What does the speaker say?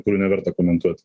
kurių neverta komentuot